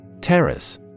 Terrace